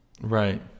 Right